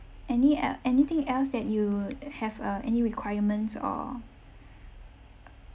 any uh anything else that you have uh any requirements or